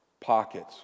pockets